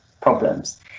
problems